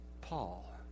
Paul